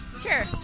Sure